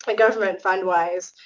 but government fund-wise.